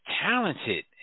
talented